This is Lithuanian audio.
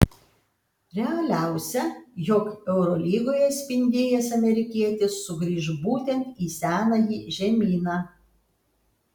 realiausia jog eurolygoje spindėjęs amerikietis sugrįš būtent į senąjį žemyną